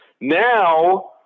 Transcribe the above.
now –